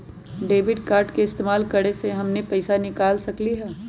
Debit card के इस्तेमाल करके हम पैईसा कईसे निकाल सकलि ह?